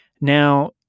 Now